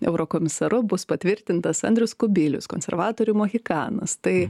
eurokomisaru bus patvirtintas andrius kubilius konservatorių mohikanas tai